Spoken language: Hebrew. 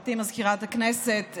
גברתי מזכירת הכנסת,